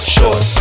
Short